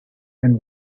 and